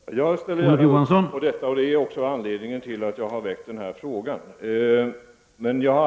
Herr talman! Jag ställer gärna upp på detta, och det är också anledningen till att jag har riktat denna fråga till jordbruksministern.